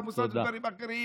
המוסד ודברים אחרים.